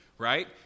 right